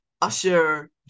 usher